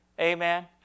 Amen